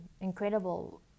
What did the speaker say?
incredible